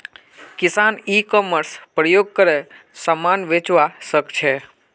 किसान e commerce प्रयोग करे समान बेचवा सकछे